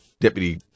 deputy